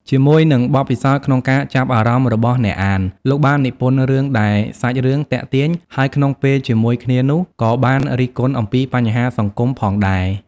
ជាមួយនឹងបទពិសោធន៍ក្នុងការចាប់អារម្មណ៍របស់អ្នកអាន លោកបាននិពន្ធរឿងដែល សាច់រឿងទាក់ទាញ ហើយក្នុងពេលជាមួយគ្នានោះក៏បានរិះគន់អំពីបញ្ហាសង្គមផងដែរ។